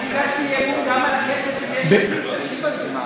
ואני הגשתי אי-אמון גם על הכסף של יש עתיד ולא השיבו על זה.